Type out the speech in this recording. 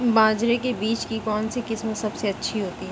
बाजरे के बीज की कौनसी किस्म सबसे अच्छी होती है?